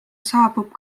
saabub